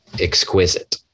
exquisite